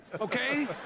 okay